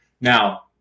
Now